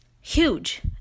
huge